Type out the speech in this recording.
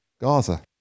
Gaza